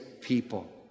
people